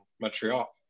Montreal